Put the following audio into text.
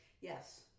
Yes